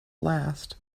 last